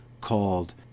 called